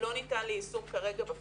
לא ניתן כרגע ליישום בפועל.